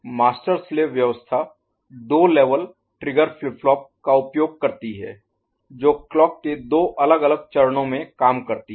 master slave व्यवस्था दो level trigger flip flop का उपयोग करती है जो क्लॉक के दो अलग अलग चरणों में काम करती है